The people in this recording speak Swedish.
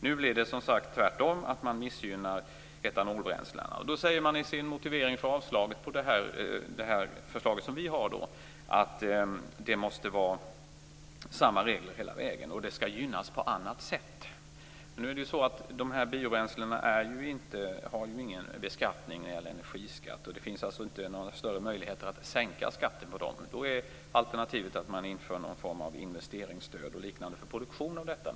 Nu blir det som sagt tvärtom, man missgynnar etanolbränslena. Man säger i sin motivering för avslaget av vårt förslag att det måste vara samma regler hela vägen och att detta skall gynnas på annat sätt. Nu har ju de här biobränslena ingen beskattning i form av energiskatt. Det finns alltså inte några större möjligheter att sänka skatten på dem. Alternativet är att man inför någon form av investeringsstöd eller liknande för produktionen av detta.